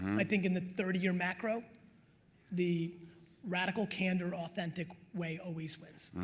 i think in the thirty year macro the radical candor authentic way always wins.